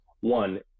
One